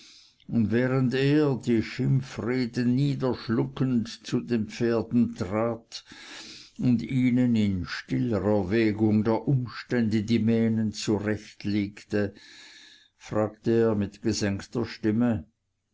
und während er die schimpfreden niederschluckend zu den pferden trat und ihnen in stiller erwägung der umstände die mähnen zurechtlegte fragte er mit gesenkter stimme